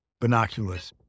binoculars